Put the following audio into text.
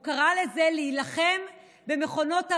הוא קרא לזה "להילחם במכונות הרעל".